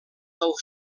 del